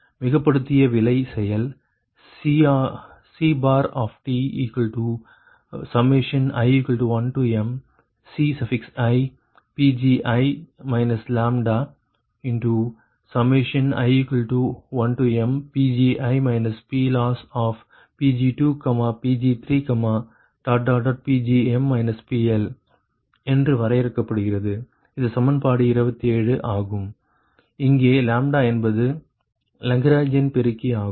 மிகுதிப்படுத்திய விலை செயல் CTi1mCiPgi i1mPgi PLossPg2Pg3Pgm PL என்று வரையறுக்கப்படுகிறது இது சமன்பாடு 27 ஆகிம் இங்கே என்பது லாக்ராங்கியன் பெருக்கி ஆகும்